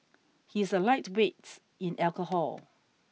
he is a lightweights in alcohol